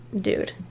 dude